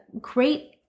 great